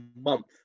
month